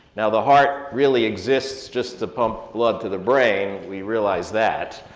now the heart really exists just to pump blood to the brain, we realize that.